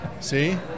See